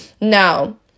No